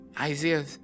Isaiah